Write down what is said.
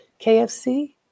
KFC